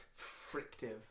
frictive